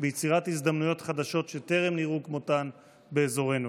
ביצירת הזדמנויות חדשות שטרם נראו כמותן באזורנו.